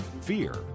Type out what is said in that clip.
fear